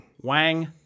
Wang